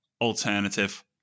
alternative